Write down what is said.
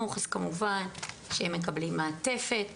או משפחות או דודים,